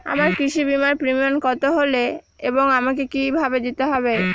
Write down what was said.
আমার কৃষি বিমার প্রিমিয়াম কত হবে এবং আমাকে কি ভাবে দিতে হবে?